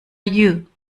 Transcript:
you